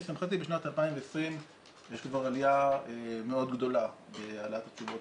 לשמחתי בשנת 2020 יש כבר עלייה מאוד גדולה בהעלאת התשובה